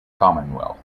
commonwealth